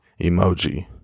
emoji